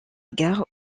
gare